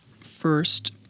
First